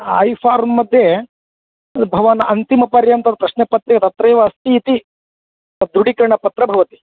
I फ़ार्म्मध्ये भवान् अन्तिमपर्यन्तं प्रश्नपत्रे तत्रैव अस्ति इति त दृढीकरणपत्रं भवति